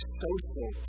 social